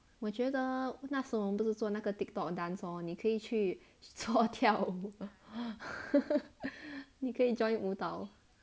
我觉得那时我们不是做那个 TikTok dance lor 你可以去做跳舞你可以 join 舞蹈